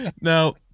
Now